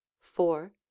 four